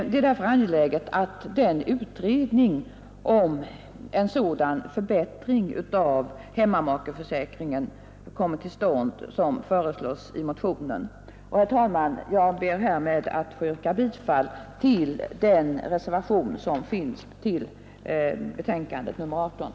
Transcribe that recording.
Det är därför angeläget att den utredning om en förbättring av hemmamakeförsäkringen, som föreslås i motionen, kommer till stånd. Herr talman! Jag ber med detta att få yrka bifall till den vid socialförsäkringsutskottets betänkande nr 18 fogade reservationen.